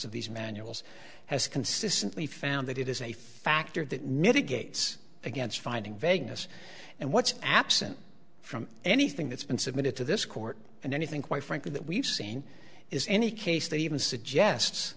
of these manuals has consistently found that it is a factor that mitigates against finding vagueness and what's absent from anything that's been submitted to this court and anything quite frankly that we've seen is any case that even suggests